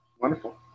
Wonderful